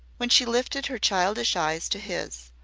when she lifted her childish eyes to his,